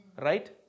Right